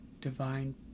divine